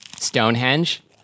Stonehenge